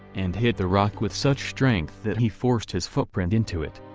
and hit the rock with such strength that he forced his footprint into it.